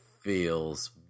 feels